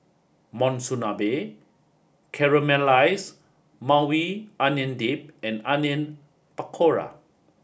Monsunabe Caramelized Maui Onion Dip and Onion Pakora